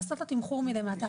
לעשות תמחור מלמטה,